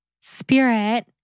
spirit